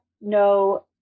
no